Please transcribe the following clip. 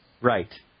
Right